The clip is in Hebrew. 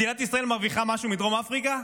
מדינת ישראל מרוויחה משהו מדרום אפריקה?